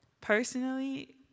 Personally